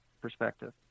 perspective